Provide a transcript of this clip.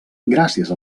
gràcies